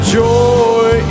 joy